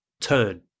Turn